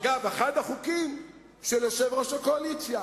אגב, אחד החוקים הוא של יושב-ראש הקואליציה.